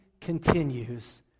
continues